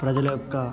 ప్రజల యొక్క